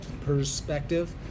perspective